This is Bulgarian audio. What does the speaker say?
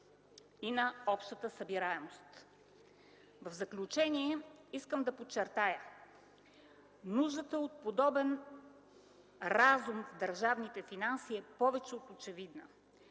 и на общата събираемост. В заключение искам да подчертая, че нуждата от подобен разум в държавните финанси е повече от очевидна.